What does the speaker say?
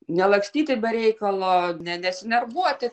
nelakstyti be reikalo ne nesinervuoti